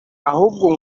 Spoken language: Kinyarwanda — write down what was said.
ahubwo